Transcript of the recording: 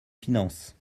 finances